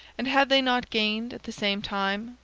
and had they not gained, at the same time,